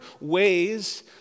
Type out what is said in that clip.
ways